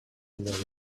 that